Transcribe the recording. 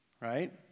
Right